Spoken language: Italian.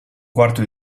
quarto